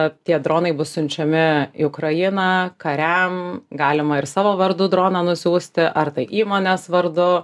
o tie dronai bus siunčiami į ukrainą kariam galima ir savo vardu droną nusiųsti ar tai įmonės vardu